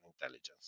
intelligence